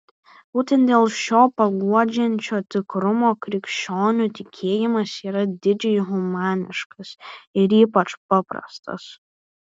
būtent dėl šio paguodžiančio tikrumo krikščionių tikėjimas yra didžiai humaniškas ir ypač paprastas